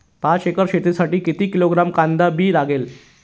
पाच एकर शेतासाठी किती किलोग्रॅम कांदा बी लागेल?